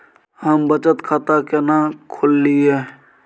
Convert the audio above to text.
हम बचत खाता केना खोलइयै?